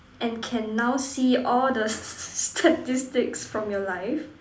and can now see all the statistics from your life